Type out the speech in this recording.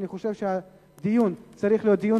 אני חושב שהדיון צריך להיות דיון